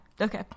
okay